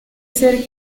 ser